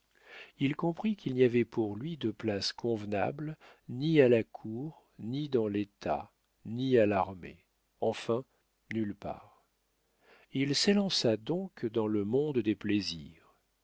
il comprit qu'il n'y avait pour lui de place convenable ni à la cour ni dans l'état ni à l'armée enfin nulle part il s'élança donc dans le monde des plaisirs